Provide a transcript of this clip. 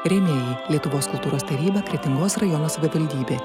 rėmėjai lietuvos kultūros taryba kretingos rajono savivaldybė